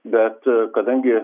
bet kadangi